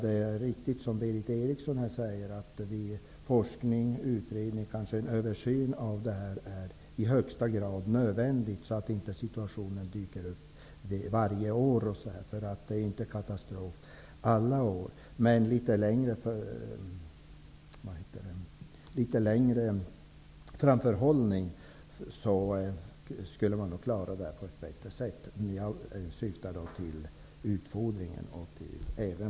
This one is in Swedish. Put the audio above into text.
Det är riktigt som Berith Eriksson här säger, att det i högsta grad är nödvändigt med forskning och översyn för att inte samma situation skall dyka upp varje år -- det är ju inte katastrof varje år. Men med litet längre framförhållning går nog problemen att klara på ett bättre sätt. Jag syftar då på utfodringen.